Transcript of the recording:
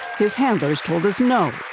his handlers told us no.